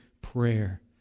prayer